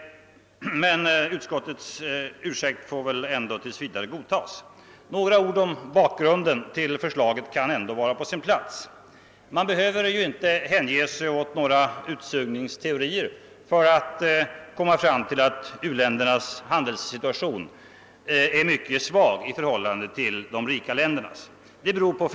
Utskottets ursäkt får väl tills vidare godtas, men några ord om bakgrunden till förslaget kan ändå vara på sin plats. Man behöver ju inte hänge sig åt några utsugningsteorier för att komma fram till att u-ländernas handelssituation av flera orsaker är mycket svag i förhållande till de rika ländernas.